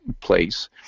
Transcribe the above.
place